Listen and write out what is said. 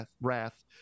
wrath